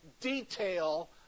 detail